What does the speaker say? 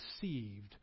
deceived